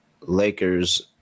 Lakers